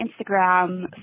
Instagram